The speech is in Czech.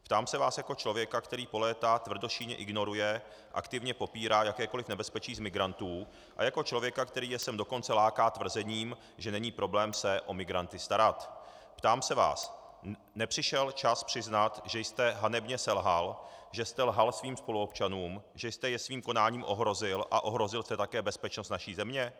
Ptám se vás jako člověka, který po léta tvrdošíjně ignoruje a aktivně popírá jakékoliv nebezpečí z migrantů, a jako člověka, který je sem dokonce láká tvrzením, že není problém se o migranty starat, ptám se vás: Nepřišel čas přiznat, že jste hanebně selhal, že jste lhal svým spoluobčanům, že jste je svým konáním ohrozil a ohrozil jste také bezpečnost naší země?